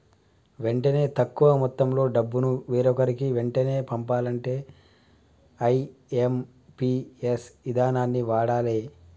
వెంటనే తక్కువ మొత్తంలో డబ్బును వేరొకరికి వెంటనే పంపాలంటే ఐ.ఎమ్.పి.ఎస్ ఇదానాన్ని వాడాలే